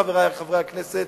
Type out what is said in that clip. חברי חברי הכנסת,